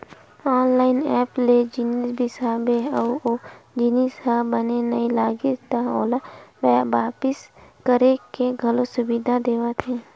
online app ले जिनिस बिसाबे अउ ओ जिनिस ह बने नइ लागिस त ओला वापिस करे के घलो सुबिधा देवत हे